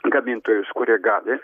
gamintojus kurie gali